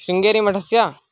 शृङ्गेरि मठस्य